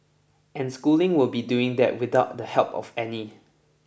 and schooling will be doing that without the help of any